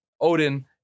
odin